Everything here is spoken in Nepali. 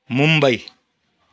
मुम्बई